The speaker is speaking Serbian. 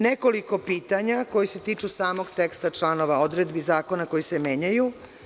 Nekoliko pitanja koja se tiču samog teksta, članova odredbi zakona koji se menjaju.